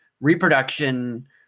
reproduction